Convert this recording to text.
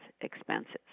expenses